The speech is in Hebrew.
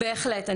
בהחלט.